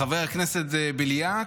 חבר הכנסת בליאק,